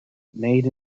made